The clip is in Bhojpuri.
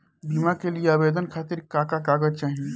बीमा के लिए आवेदन खातिर का का कागज चाहि?